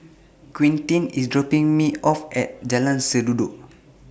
Quinten IS dropping Me off At Jalan Sendudok